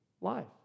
life